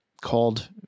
called